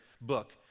book